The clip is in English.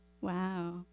Wow